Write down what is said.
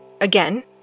Again